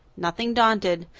nothing daunted,